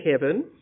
heaven